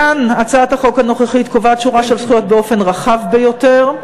כאן הצעת החוק הנוכחית קובעת שורה של זכויות באופן רחב ביותר.